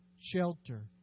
shelter